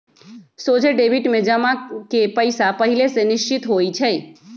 सोझे डेबिट में जमा के पइसा पहिले से निश्चित होइ छइ